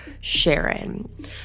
Sharon